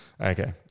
Okay